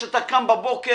כשאתה קם בבוקר,